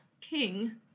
King